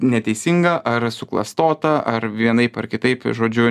neteisinga ar suklastota ar vienaip ar kitaip žodžiu